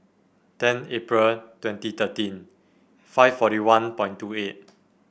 ten April twenty thirteen five forty one point two eight